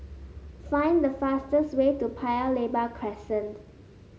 find the fastest way to Paya Lebar Crescent